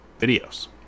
videos